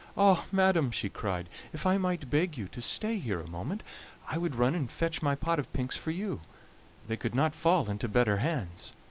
ah! madam, she cried, if i might beg you to stay here a moment i would run and fetch my pot of pinks for you they could not fall into better hands.